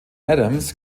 adams